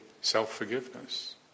self-forgiveness